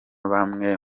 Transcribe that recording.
bamwe